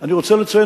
אני רוצה לציין,